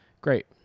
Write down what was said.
great